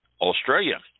Australia